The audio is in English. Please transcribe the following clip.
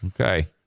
Okay